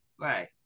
Right